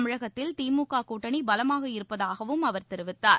தமிழகத்தில் திமுக கூட்டணி பலமாக இருப்பதாகவும் அவர் தெரிவித்தார்